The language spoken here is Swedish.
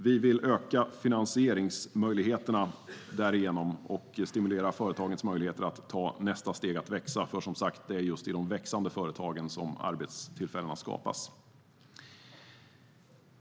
Vi vill öka finansieringsmöjligheterna och därigenom stimulera företagens möjligheter att ta nästa steg att växa, för det är som sagt i de växande företagen som arbetstillfällen skapas.